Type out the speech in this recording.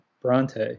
Bronte